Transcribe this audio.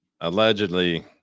Allegedly